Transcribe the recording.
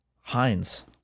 Heinz